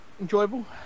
enjoyable